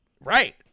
Right